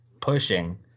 pushing